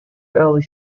early